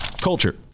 culture